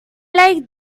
like